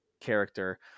character